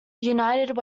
united